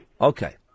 Okay